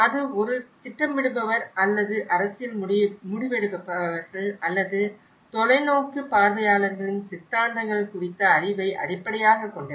அது ஒரு திட்டமிடுபவர் அல்லது அரசியல் முடிவெடுப்பவர்கள் அல்லது தொலைநோக்கு பார்வையாளர்களின் சித்தாந்தங்கள் குறித்த அறிவை அடிப்படையாகக் கொண்டது